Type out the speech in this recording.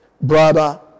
brother